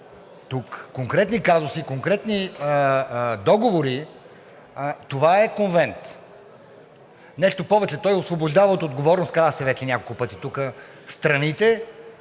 тук – конкретни казуси и конкретни договори, това е конвент. Нещо повече, той освобождава от отговорност – каза се вече няколко пъти тук, страните